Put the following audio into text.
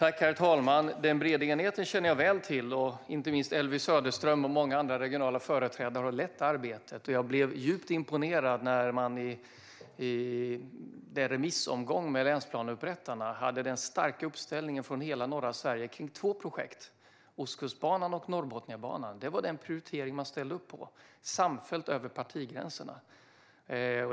Herr talman! Den breda enigheten känner jag väl till. Inte minst Elvy Söderström och många andra regionala företrädare har lett arbetet. Jag blev djupt imponerad när man i remissomgången med länsplaneupprättarna hade en stark uppställning från hela norra Sverige kring två projekt - Ostkustbanan och Norrbotniabanan. Det var den prioritering som man samfällt över partigränserna ställde sig bakom.